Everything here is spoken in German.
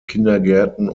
kindergärten